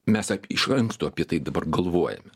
mes ap iš anksto apie tai dabar galvojame